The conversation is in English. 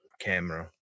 camera